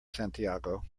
santiago